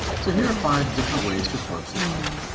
so here are five different ways to approach the hook.